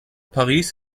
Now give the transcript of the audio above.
paris